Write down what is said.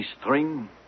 string